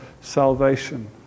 salvation